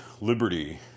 liberty